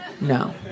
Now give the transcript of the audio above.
No